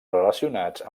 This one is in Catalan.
relacionats